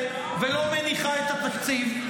משק המדינה ולא מניחה את התקציב?